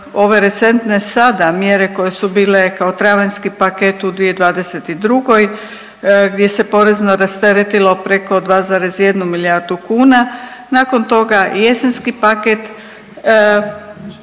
ove recentne sada mjere koje su bile kao travanjski paket u 2022. gdje se porezno rasteretilo preko 2,1 milijardu kuna, nakon toga i jesenski paket